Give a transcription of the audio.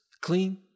clean